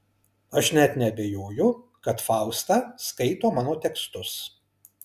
aš net neabejoju kad fausta skaito mano tekstus